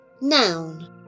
Noun